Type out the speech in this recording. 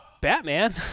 Batman